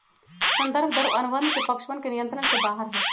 संदर्भ दर अनुबंध के पक्षवन के नियंत्रण से बाहर हई